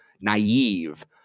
naive